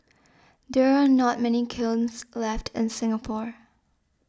there are not many kilns left in Singapore